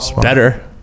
better